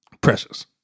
Precious